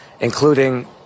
including